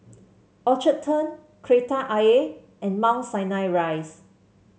Orchard Turn Kreta Ayer and Mount Sinai Rise